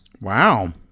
Wow